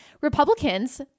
Republicans